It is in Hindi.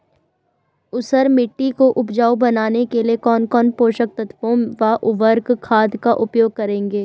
ऊसर मिट्टी को उपजाऊ बनाने के लिए कौन कौन पोषक तत्वों व उर्वरक खाद का उपयोग करेंगे?